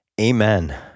Amen